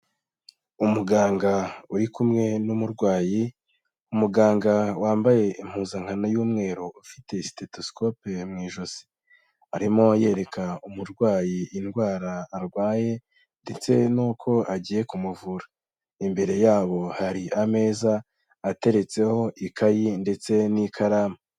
Umuganga uri kumwe n'umurwayi, umuganga wambaye impuzankano y'umweru ufite stethoscope mu ijosi, arimo yereka umurwayi indwara arwaye ndetse n'uko agiye kumuvura. Imbere yabo hari ameza ateretseho ikayi ndetse n'ikaramu.